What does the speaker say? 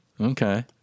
Okay